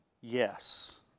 yes